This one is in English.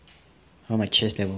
around my chest level